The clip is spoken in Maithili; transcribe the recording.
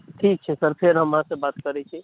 ठीक छै सर फेर हम अहाँसँ बात करैत छी